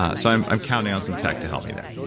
ah so, i'm i'm counting on some tech to help me there.